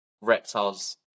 reptiles